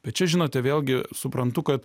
bet čia žinote vėlgi suprantu kad